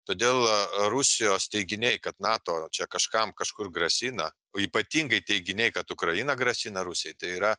todėl rusijos teiginiai kad nato čia kažkam kažkur grasina o ypatingai teiginiai kad ukraina grasina rusijai tai yra